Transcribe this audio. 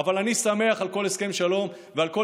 אבל אני שמח על כל הסכם שלום ועל כל